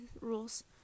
rules